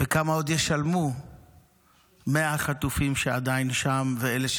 וכמה עוד ישלמו 100 החטופים שעדיין שם ואלה ששבו.